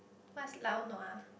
what's lao nua